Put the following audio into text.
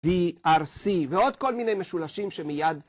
DRC , ועוד כל מיני משולשים שמייד...